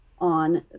on